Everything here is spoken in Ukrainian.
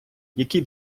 який